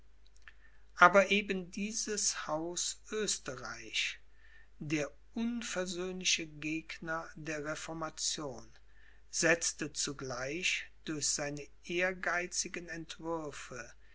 aber eben dieses hans oesterreich der unversöhnliche gegner der reformation setzte zugleich durch seine ehrgeizigen entwürfe